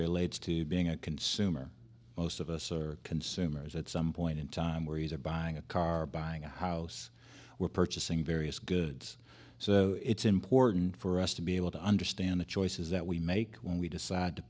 relates to being a consumer most of us are consumers at some point in time where he's or buying a car buying a house we're purchasing various goods so it's important for us to be able to understand the choices that we make when we decide to